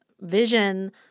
vision